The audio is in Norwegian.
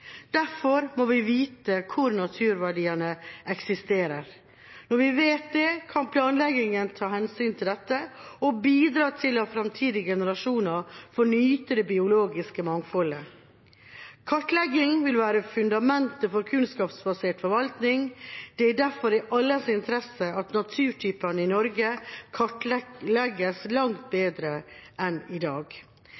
Derfor må vi vite hvor naturverdiene eksisterer. Når vi vet det, kan planleggingen ta hensyn til dette og bidra til at fremtidige generasjoner får nyte det biologiske mangfoldet. Kartlegging vil være fundamentet for kunnskapsbasert forvaltning. Det er derfor i alles interesse at naturtypene i Norge kartlegges langt bedre enn i dag.